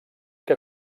que